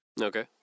Okay